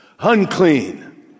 Unclean